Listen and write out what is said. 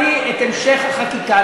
אני מתכוון להביא את המשך החקיקה.